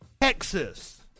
Texas